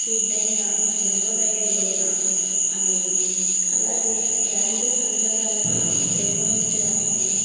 సిద్దమయిన జనోదయ యోజన అనేవి అలాగే బ్యాంకులు సంచాయలను పెంపొందిచడానికి